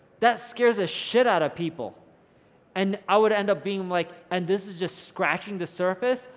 that scares the shit out of people and i would end up being like, and this is just scratching the surface,